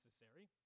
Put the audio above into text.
necessary